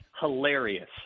hilarious